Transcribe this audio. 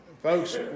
Folks